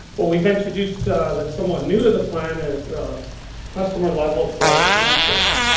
what we've introduced that's somewhat new to the plan is customer level of service metrics.